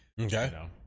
Okay